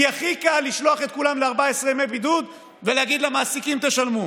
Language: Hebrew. כי הכי קל לשלוח את כולם ל-14 ימי בידוד ולהגיד למעסיקים: תשלמו.